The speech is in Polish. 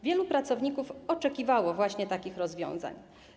Wielu pracowników oczekiwało właśnie takich rozwiązań.